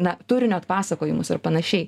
na turinio atpasakojimus ar panašiai